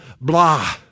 blah